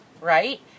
right